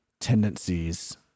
tendencies